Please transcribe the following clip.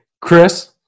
Chris